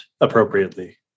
appropriately